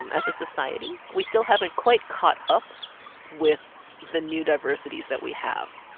um as a society, we still haven't quite caught up with the new diversities that we have.